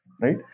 right